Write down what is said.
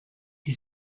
die